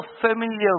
familiar